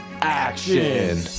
action